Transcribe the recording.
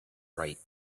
right